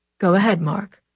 go ahead mark.